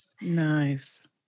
Nice